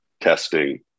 testing